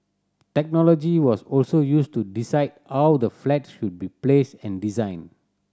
technology was also used to decide how the flats should be placed and designed